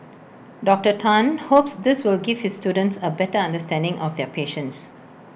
Doctor Tan hopes this will give his students A better understanding of their patients